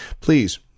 please